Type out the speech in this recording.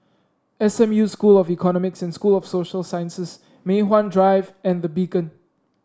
S M U School of Economics and School of Social Sciences Mei Hwan Drive and The Beacon